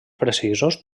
precisos